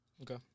Okay